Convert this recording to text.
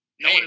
No